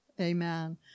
Amen